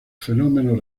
fenómenos